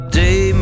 day